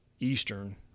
eastern